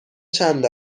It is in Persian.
چند